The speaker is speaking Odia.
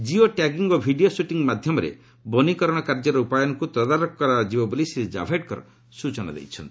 ଜିଓ ଟ୍ୟାଗିଂ ଓ ଭିଡିଓ ସୁଟିଂ ମାଧ୍ୟମରେ ବନୀକରଣ କାର୍ଯ୍ୟର ରୂପାୟନକୁ ତଦାରଖ କରାଯିବ ବୋଲି ଶ୍ରୀ ଜାଭ୍ଡେକର କହିଛନ୍ତି